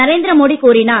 நரேந்திர மோடி கூறினார்